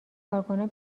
کارکنان